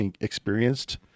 experienced